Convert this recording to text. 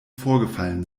vorgefallen